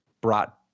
brought